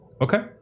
Okay